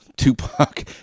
Tupac